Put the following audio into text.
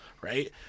right